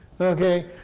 okay